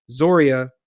zoria